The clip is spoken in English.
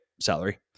salary